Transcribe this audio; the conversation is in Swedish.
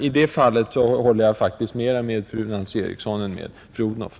I det fallet håller jag faktiskt mer med fru Nancy Eriksson än med fru Odhnoff.